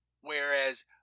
Whereas